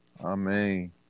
Amen